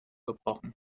gebrochen